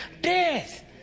death